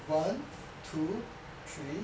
one two three